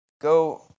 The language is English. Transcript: Go